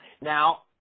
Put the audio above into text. Now